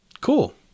Cool